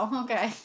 okay